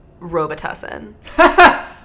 Robitussin